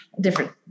different